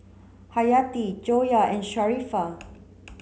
Hayati Joyah and Sharifah